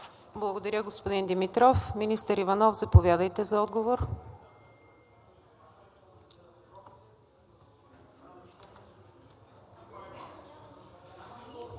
Благодаря, господин Димитров. Министър Иванов, заповядайте за отговор.